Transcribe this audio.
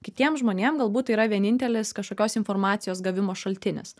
kitiem žmonėm galbūt tai yra vienintelis kažkokios informacijos gavimo šaltinis